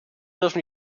dürfen